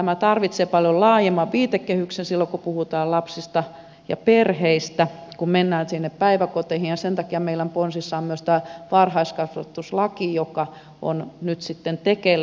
tämä tarvitsee paljon laajemman viitekehyksen silloin kun puhutaan lapsista ja perheistä kun mennään sinne päiväkoteihin ja sen takia meillä ponsissa on myös tämä varhaiskasvatuslaki joka on nyt sitten tekeillä